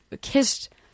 kissed